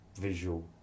visual